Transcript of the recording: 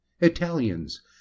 Italians